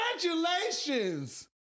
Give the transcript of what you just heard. congratulations